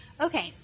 Okay